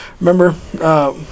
Remember